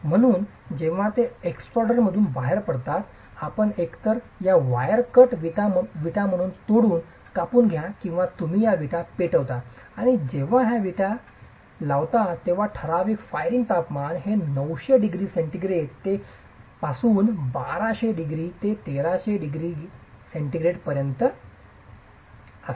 म्हणून जेव्हा ते एक्स्ट्रोडरमधून बाहेर पडतात आपण एकतर या वायर कट विटा म्हणून तोडून कापून घ्या किंवा तुम्ही या विटा पेटवता आणि जेव्हा या विटा लावता तेव्हा ठराविक फायरिंग तपमान 900 डिग्री सेंटीग्रेड ते 1200 1300 सेंटीग्रेड पर्यंत असते